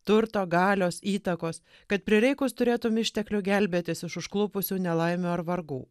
turto galios įtakos kad prireikus turėtumei išteklių gelbėtis iš užklupusių nelaimių ar vargų